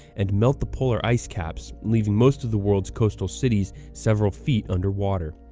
and melt the polar ice caps, leaving most of the world's coastal cities several feet underwater.